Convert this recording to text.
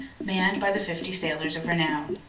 manned by the fifty sailors of renown